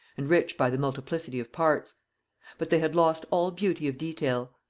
and rich by the multiplicity of parts but they had lost all beauty of detail.